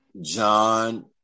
John